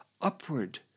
upward